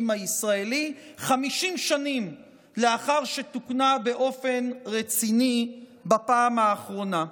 הישראלי 50 שנים לאחר שתוקנה באופן רציני בפעם האחרונה.